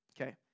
Okay